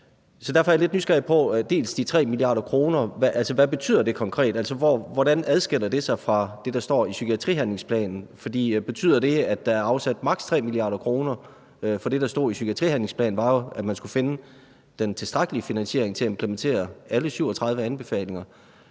Derfor er jeg lidt nysgerrig på de 3 mia. kr.: Hvad betyder det konkret? Hvordan adskiller det sig fra det, der står i psykiatrihandlingsplanen? Betyder det, at der er afsat maks. 3 mia. kr.? For det, der stod i psykiatrihandlingsplanen, var jo, at man skulle finde den tilstrækkelige finansiering til at implementere alle 37 anbefalinger.